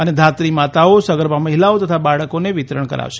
અને ધાત્રી માતાઓ સગર્ભા મહિલાઓ તથા બાળકોને વિતરણ કરાશે